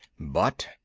but,